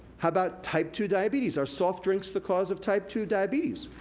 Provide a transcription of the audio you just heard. how about type two diabetes? are soft drinks the cause of type two diabetes?